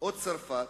או צרפת